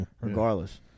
Regardless